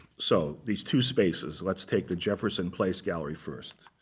so these two spaces let's take the jefferson place gallery first.